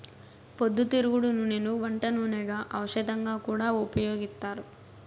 పొద్దుతిరుగుడు నూనెను వంట నూనెగా, ఔషధంగా కూడా ఉపయోగిత్తారు